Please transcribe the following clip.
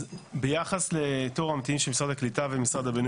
אז ביחס לתור הממתינים של משרד הקליטה ומשרד הבינוי